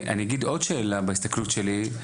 אני אגיד עוד שאלה בהסתכלות שלי,